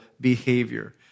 behavior